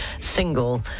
single